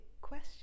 question